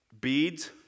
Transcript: Beads